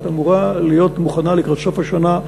אמורה להיות מוכנה לקראת סוף השנה,